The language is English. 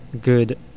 good